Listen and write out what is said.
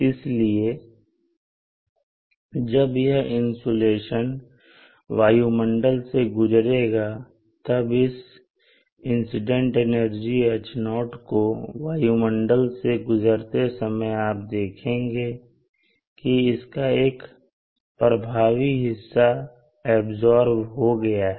इसलिए जब यह इंसुलेशन वायुमंडल से गुजरेगा तब इस इंसीडेंट एनर्जी H0 को वायुमंडल से गुजरते समय आप देखेंगे कि इसका एक प्रभावी हिस्सा ऐब्सॉर्ब हो गया है